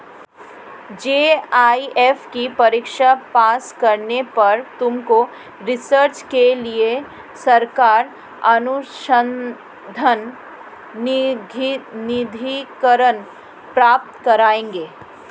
JRF की परीक्षा pass करने पर तुमको रिसर्च के लिए सरकार अनुसंधान निधिकरण प्राप्त करवाएगी